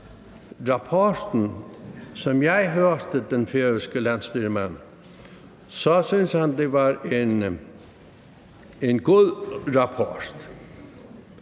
rapporten: Som jeg hørte den færøske landsstyremand, syntes han, det var en god rapport.